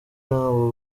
ntawo